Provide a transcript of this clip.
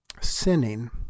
sinning